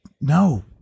no